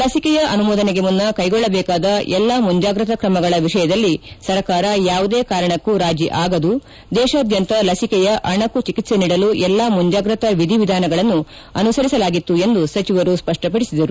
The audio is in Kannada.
ಲಸಿಕೆಯ ಅನುಮೋದನೆಗೆ ಮುನ್ನ ಕೈಗೊಳ್ಳಬೇಕಾದ ಎಲ್ಲಾ ಮುಂಚಾಗ್ರತಾ ಕ್ರಮಗಳ ವಿಷಯದಲ್ಲಿ ಸರ್ಕಾರ ಯಾವುದೇ ಕಾರಣಕ್ಕೂ ರಾಜಿ ಆಗದು ದೇಶಾದ್ಯಂತ ಲಸಿಕೆಯ ಅಣಕು ಚಿಕಿತ್ಸೆ ನೀಡಲು ಎಲ್ಲಾ ಮುಂಜಾಗ್ರತಾ ವಿಧಿವಿಧಾನಗಳನ್ನು ಅನುಸರಿಸಲಾಗಿತ್ತು ಎಂದು ಸಚಿವರು ಸ್ವಪ್ಷಪಡಿಸಿದರು